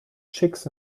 chicks